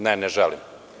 Ne, ne želim.